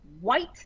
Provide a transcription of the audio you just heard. white